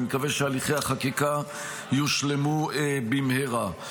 אני מקווה שהליכי החקיקה יושלמו במהרה.